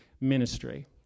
ministry